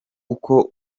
uko